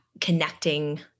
connecting